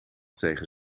tegen